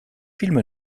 film